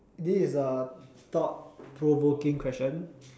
this is a thought provoking question